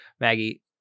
Maggie